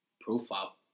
profile